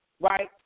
right